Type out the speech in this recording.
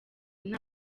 nta